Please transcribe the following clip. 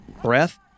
Breath